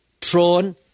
throne